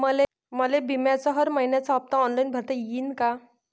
मले बिम्याचा हर मइन्याचा हप्ता ऑनलाईन भरता यीन का?